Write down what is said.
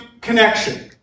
connection